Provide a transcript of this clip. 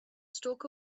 stalk